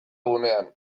gunean